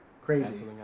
Crazy